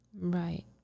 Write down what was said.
Right